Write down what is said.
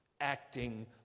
acting